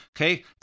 Okay